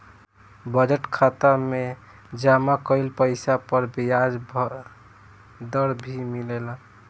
budget खाता में जमा कइल पइसा पर ब्याज दर भी मिलेला